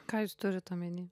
ką jūs turit omeny